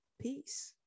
Peace